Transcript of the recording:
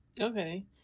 Okay